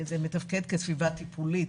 זה מתפקד כסביבה טיפולית.